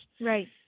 right